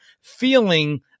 feeling